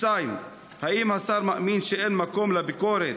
2. האם השר מאמין שאין מקום לביקורת